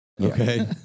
Okay